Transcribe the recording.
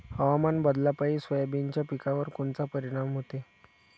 हवामान बदलापायी सोयाबीनच्या पिकावर कोनचा परिणाम होते?